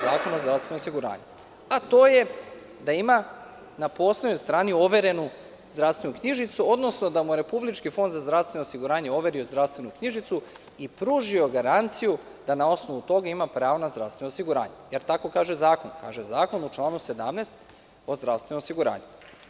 Zakona o zdravstvenom osiguranju, a to je da ima na poslednjoj strani overenu zdravstvenu knjižicu, odnosno da mu je Republički fond za zdravstveno osiguranje overio zdravstveni knjižicu i pružio garanciju da na osnovu toga ima pravo na zdravstveno osiguranje, jer tako u članu 17. kaže Zakon o zdravstvenom osiguranju.